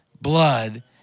blood